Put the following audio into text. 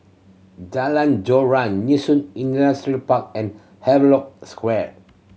Jalan Joran Yishun Industrial Park and Havelock Square